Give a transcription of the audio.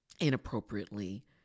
inappropriately